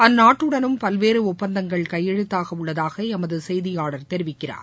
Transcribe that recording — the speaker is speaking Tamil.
அந்நாட்டுடனும் பல்வேறு ஒப்பந்தங்கள் கையெழுத்தாகவுள்ளதாக எமது செய்தியாளர் தெரிவிக்கிறார்